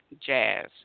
jazz